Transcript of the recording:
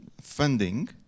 funding